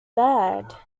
bad